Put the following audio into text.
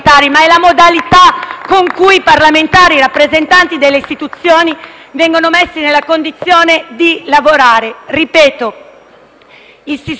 con cui parlamentari e rappresentanti delle istituzioni vengono messi nella condizione di lavorare. Il sistema si migliora